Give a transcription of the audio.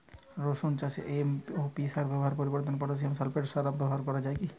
রসুন চাষে এম.ও.পি সার ব্যবহারের পরিবর্তে পটাসিয়াম সালফেট সার ব্যাবহার করা যায় কি?